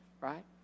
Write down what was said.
Right